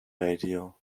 radio